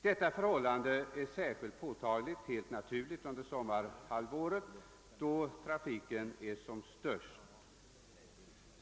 Detta förhållande är helt naturligt särskilt påtagligt under sommarhalvåret då trafiken är som störst.